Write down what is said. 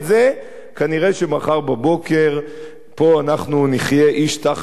כנראה שמחר בבוקר אנחנו נחיה פה איש תחת גפנו,